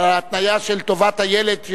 ההתניה של טובת הילד,